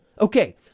Okay